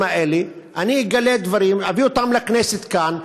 האלה אגלה דברים ואביא אותם לכנסת כאן,